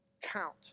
count